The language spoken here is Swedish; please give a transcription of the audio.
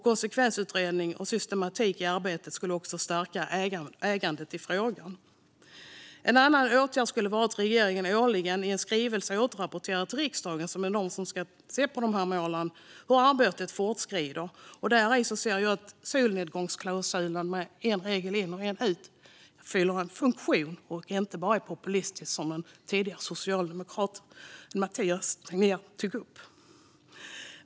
Konsekvensutredningar och systematik i arbetet skulle stärka ägandet i frågan. En annan åtgärd skulle vara att regeringen årligen i en skrivelse återrapporterar till riksdagen, som ska se på de här målen, om hur arbetet fortskrider. Jag anser att solnedgångsklausulen - en regel in och en regel ut - fyller en funktion. Den är inte bara populistisk, som hävdades av en tidigare talare, socialdemokraten Mathias Tegnér.